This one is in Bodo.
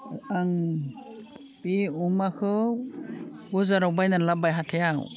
आं बे अमाखौ बाजाराव बायना लाबोबाय हाथायाव